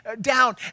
down